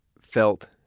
felt